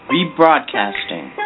Rebroadcasting